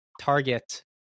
target